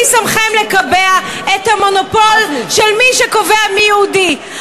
מי שמכם לקבע את המונופול של מי שקובע מי יהודי?